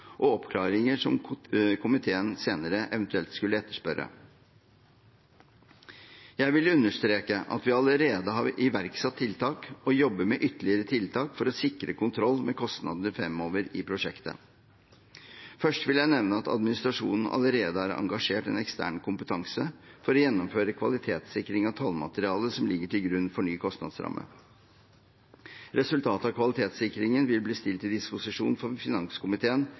og oppklaringer som komiteen senere eventuelt skulle etterspørre. Jeg vil understreke at vi allerede har iverksatt tiltak og jobber med ytterligere tiltak for å sikre kontroll med kostnadene fremover i prosjektet. Først vil jeg nevne at administrasjonen allerede har engasjert en ekstern kompetanse for å gjennomføre kvalitetssikring av tallmaterialet som ligger til grunn for ny kostnadsramme. Resultatet av kvalitetssikringen vil bli stilt til disposisjon for finanskomiteen